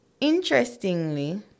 interestingly